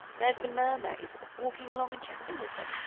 there's the mermaid walking along and chatting with him.